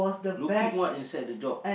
looking what inside the job